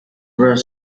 were